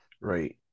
Right